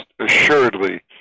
assuredly